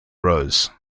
rose